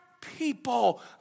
people